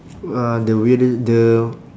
uh the weirdest the